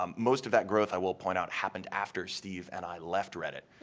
um most of that growth, i will point out, happened after steve and i left reddit,